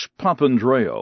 Papandreou